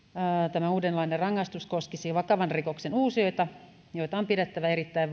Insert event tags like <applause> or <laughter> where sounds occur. tämä uudenlainen rangaistus koskisi vakavan rikoksen uusijoita joita on pidettävä erittäin <unintelligible>